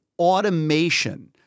automation